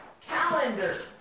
calendar